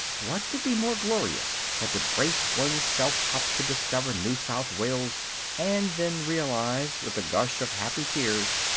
what could be more glorious than to brace one's self up to discover new south wales and then realize, with a gush of happy tears,